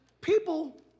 People